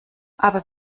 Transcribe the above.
aber